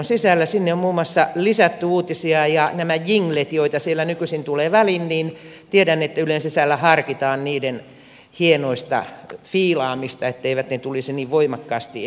sinne on muun muassa lisätty uutisia ja näistä jingleistä joita siellä nykyisin tulee väliin tiedän että ylen sisällä harkitaan niiden hienoista fiilaamista etteivät ne tulisi niin voimakkaasti esille